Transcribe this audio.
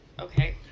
Okay